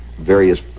various